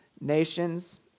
nations